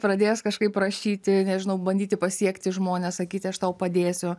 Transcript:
pradės kažkaip rašyti nežinau bandyti pasiekti žmones sakyti aš tau padėsiu